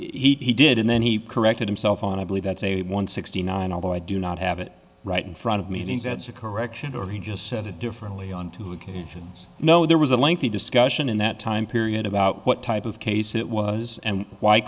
that he did and then he corrected himself on i believe that's a one sixty nine although i do not have it right in front of me thinks that's a correction or he just said it differently on two occasions you know there was a lengthy discussion in that time period about what type of case it was and why